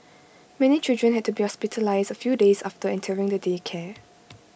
many children had to be hospitalised A few days after entering the daycare